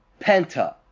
Penta